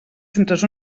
centres